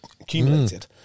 accumulated